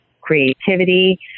creativity